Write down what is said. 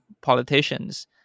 politicians